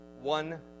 One